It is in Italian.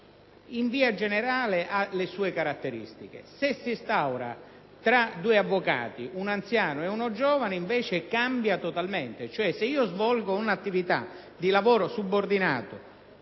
in via generale ha le sue caratteristiche; se si instaura tra due avvocati, uno anziano e uno giovane, invece, cambia totalmente. Se si svolge un'attività di lavoro subordinato